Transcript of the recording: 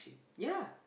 ya